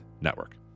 network